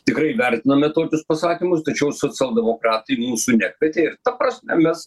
tikrai vertiname tokius pasakymus tačiau socialdemokratai mūsų nekvietė ir ta prasme mes